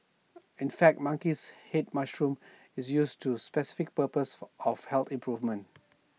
in fact monkeys Head mushroom is used for specific purpose of health improvement